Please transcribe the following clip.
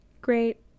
Great